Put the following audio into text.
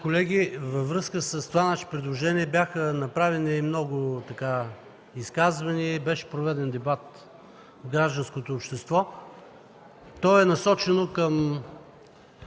колеги, във връзка с това наше предложение бяха направени много изказвания, беше проведен дебат в гражданското общество. То е насочено към